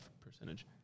percentage